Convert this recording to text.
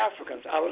Africans